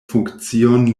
funkcion